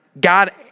God